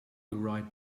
right